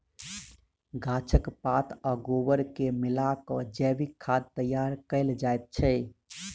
गाछक पात आ गोबर के मिला क जैविक खाद तैयार कयल जाइत छै